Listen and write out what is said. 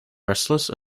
restless